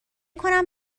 کنم